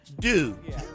Dude